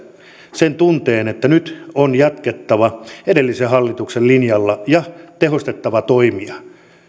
sen tunteen että nyt on jatkettava edellisen hallituksen linjalla ja tehostettava toimia